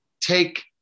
take